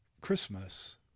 Christmas